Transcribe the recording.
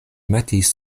metis